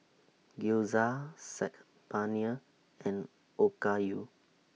Gyoza Saag Paneer and Okayu